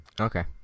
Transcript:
okay